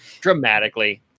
Dramatically